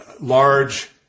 large